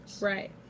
Right